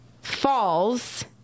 falls